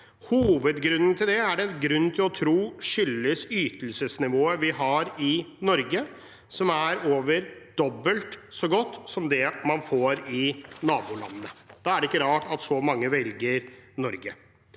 Hovedgrunnen til det er det grunn til å tro er ytelsesnivået vi har i Norge, som er over dobbelt så godt som det man har i nabolandene. Da er det ikke rart at så mange velger Norge.